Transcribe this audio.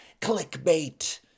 clickbait